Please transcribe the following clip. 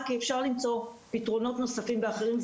כי אפשר למצוא פתרונות נוספים ואחרים,